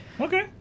Okay